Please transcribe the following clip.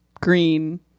green